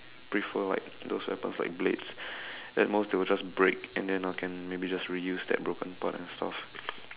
prefer like those weapons like blades at most they will just break and then I can maybe reuse that broken part and stuff